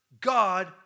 God